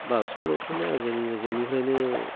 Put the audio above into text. बाक्सालथ' नङा जोङो जोंनिफ्रायनो